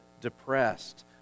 depressed